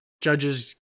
Judges